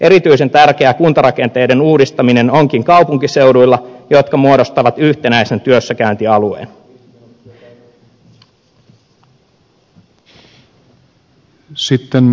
erityisen tärkeää kuntarakenteiden uudistaminen onkin kaupunkiseuduilla jotka muodostavat yhtenäisen työssäkäyntialueen